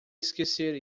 esquecer